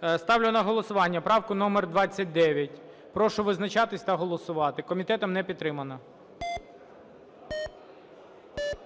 Дякую. Ставлю на голосування правку номер 29. Прошу визначатись та голосувати. Комітетом не підтримана.